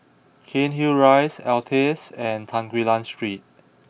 Cairnhill Rise Altez and Tan Quee Lan Street